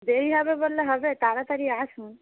দেরি হবে বললে হবে তাড়াতাড়ি আসুন